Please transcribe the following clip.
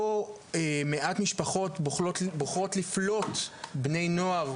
לא מעט משפחות בוחרות לפלוט בני נוער,